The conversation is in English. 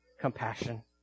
compassion